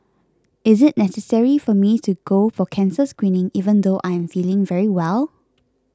is it necessary for me to go for cancer screening even though I am feeling very well